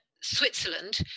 Switzerland